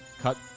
Cut